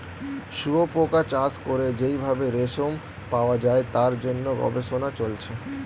শুয়োপোকা চাষ করে যেই ভাবে রেশম পাওয়া যায় তার জন্য গবেষণা চলছে